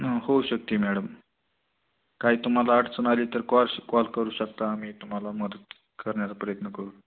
हं होऊ शकते मॅडम काही तुम्हाला अडचण आली तर कॉल श कॉल करू शकता आम्ही तुम्हाला मदत करण्याचा प्रयत्न करू